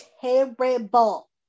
terrible